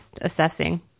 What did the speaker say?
assessing